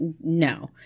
No